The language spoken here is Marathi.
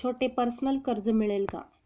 छोटे पर्सनल कर्ज मिळेल का?